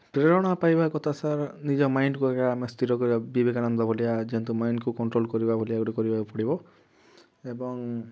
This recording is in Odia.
ପ୍ରେରଣା ପାଇବା କଥା ସାର୍ ନିଜ ମାଇଣ୍ଡକୁ ଏକା ଆମେ ସ୍ଥିର କରିବା ବିବେକାନନ୍ଦ ଭଳିଆ ଯେମିତି ମାଇଣ୍ଡକୁ କଣ୍ଟ୍ରୋଲ୍ କରିବା ଭଳିଆ ଗୋଟେ କରିବାକୁ ପଡ଼ିବ ଏବଂ